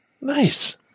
Nice